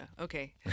Okay